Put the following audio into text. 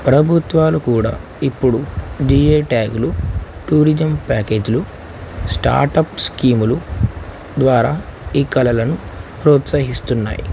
ప్రభుత్వాలు కూడా ఇప్పుడు జిఐ ట్యాగ్లు టూరిజం ప్యాకేజ్లు స్టార్టప్ స్కీములు ద్వారా ఈ కళలను ప్రోత్సహిస్తున్నాయి